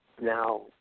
now